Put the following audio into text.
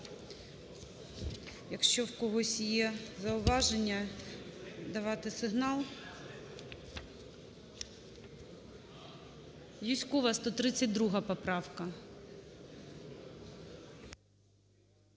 якщо в когось є зауваження, давати сигнал. Юзькова, 132 поправка.